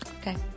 Okay